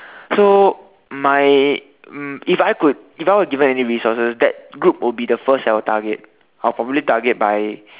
so my um if I could if I were given any resources that group would be the first I would target I'll probably target by